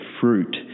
fruit